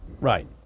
right